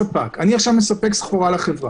להגיע להסדר חוב,